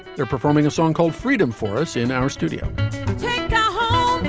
they're performing a song called freedom for us in our studio yeah and